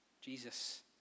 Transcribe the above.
Jesus